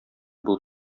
булып